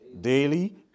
daily